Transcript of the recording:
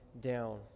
down